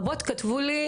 ורבות כתבו לי: